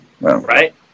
Right